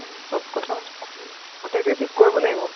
চব কথা পাতিম আগতীয়াকে ঠিক কৰিব লাগিব